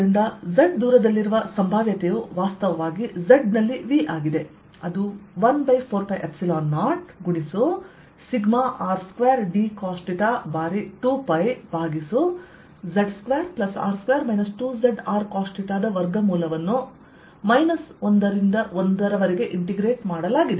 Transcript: ಆದ್ದರಿಂದ z ದೂರದಲ್ಲಿರುವ ಸಂಭಾವ್ಯತೆಯು ವಾಸ್ತವವಾಗಿ z ನಲ್ಲಿ V ಆಗಿದೆ ಅದು 14π0σR2dcosθಬಾರಿ 2π ಭಾಗಿಸು z2R2 2zRcosθ ದ ವರ್ಗಮೂಲವನ್ನು 1 ರಿಂದ1 ಇಂಟೆಗ್ರೇಟ್ ಮಾಡಲಾಗಿದೆ